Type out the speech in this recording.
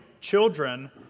children